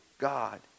God